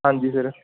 ਹਾਂਜੀ ਸਰ